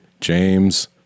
James